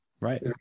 Right